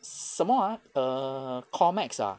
什么 ah err comex ah